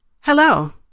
Hello